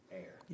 air